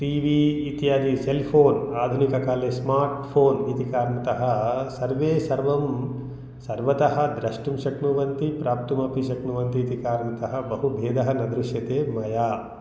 T V इत्यादि cell phone आधुनिककाले smartphone इति कारणतः सर्वे सर्वं सर्वतः द्रष्टुं शक्नुवन्ति प्राप्तुमपि शक्नुवन्तीति कारणतः बहुभेदः न दृश्यते मया